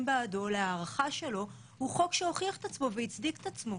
בעד ההארכה שלו הוא חוק שהוכיח את עצמו והצדיק את עצמו.